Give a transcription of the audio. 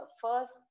first